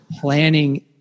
planning